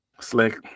Slick